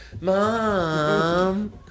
Mom